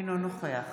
אינו נוכח